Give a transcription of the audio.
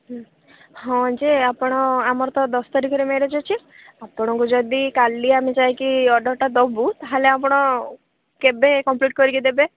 ହୁଁ ହଁ ଯେ ଆପଣ ଆମର ଦଶ ତାରିଖରେ ମ୍ୟାରେଜ୍ ଅଛି ଆପଣଙ୍କୁ ଯଦି କାଲି ଆମେ ଯାଇକି ଅର୍ଡ଼ରଟା ଦେବୁ ତା'ହେଲେ ଆପଣ କେବେ କମ୍ପ୍ଲିଟ୍ କରିକି ଦେବେ